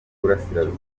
burasirazuba